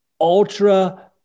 ultra